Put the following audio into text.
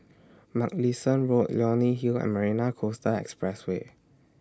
Mugliston Road Leonie Hill and Marina Coastal Expressway